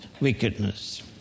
wickedness